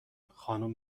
خانم